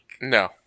No